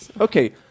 Okay